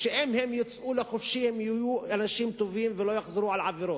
שאם הם יצאו לחופשי הם יהיו אנשים טובים ולא יחזרו על העבירות.